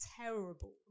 terrible